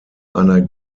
einer